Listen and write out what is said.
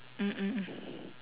mm mm